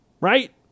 right